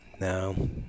No